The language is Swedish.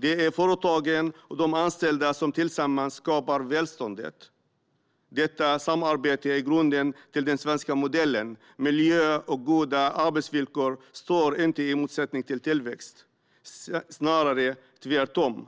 Det är företagen och de anställda som tillsammans skapar välståndet. Detta samarbete är grunden till den svenska modellen. Miljö och goda arbetsvillkor står inte i motsättning till tillväxt, snarare tvärtom.